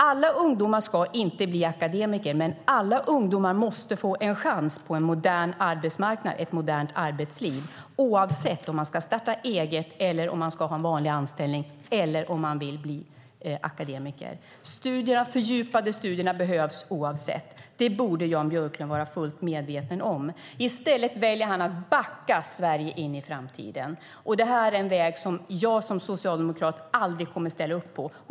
Alla ungdomar ska inte bli akademiker, men alla ungdomar måste få en chans på en modern arbetsmarknad och i ett modernt arbetsliv oavsett om de ska starta eget, ha en vanlig anställning eller bli akademiker. De fördjupade studierna behövs. Det borde Jan Björklund vara fullt medveten om. I stället väljer han att backa Sverige in i framtiden. Det är en väg som jag som socialdemokrat aldrig kommer att ställa upp på.